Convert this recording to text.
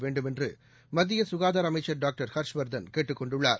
வேண்டும் என்று மத்திய சுகாதார அமைச்சர் டாக்டர் ஹர்ஷ்வர்தன் கேட்டுக்கொண்டுள்ளார்